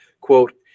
quote